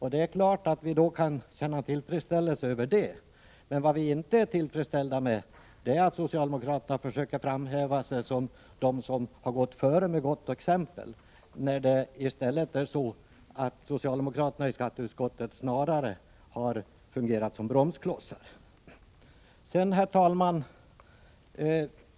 Det är klart att vi kan känna tillfredsställelse över detta, men vad vi inte är till freds med är att socialdemokraterna försöker framhäva sig själva som dem som har gått före med gott exempel, när det i stället är så att socialdemokraterna i skatteutskottet snarare har fungerat som bromsklossar. Herr talman!